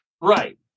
Right